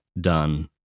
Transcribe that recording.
done